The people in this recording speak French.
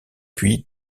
puis